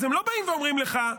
אז הם לא באים ואומרים לך,